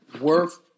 worth